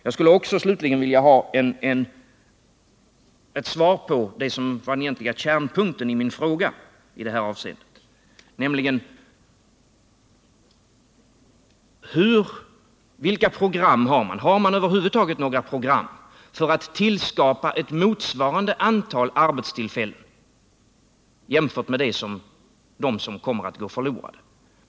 Jag skulle också slutligen vilja ha ett svar på den egentliga kärnpunkten i min fråga i det här avseendet: Vilka program har man? Har man över huvud taget några program för att tillskapa motsvarande arbetstillfällen jämfört med dem som kommer att gå förlorade?